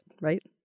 right